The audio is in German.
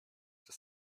das